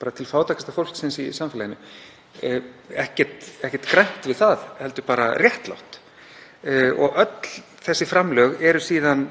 bara til fátækasta fólksins í samfélaginu — ekkert grænt við það heldur bara réttlátt. Öll þessi framlög taka síðan